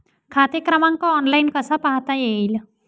खाते क्रमांक ऑनलाइन कसा पाहता येईल?